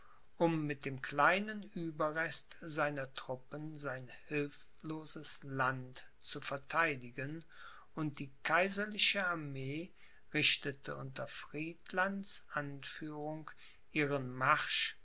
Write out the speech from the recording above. um mit dem kleinen ueberrest seiner truppen sein hilfloses land zu vertheidigen und die kaiserliche armee richtete unter friedlands anführung ihren marsch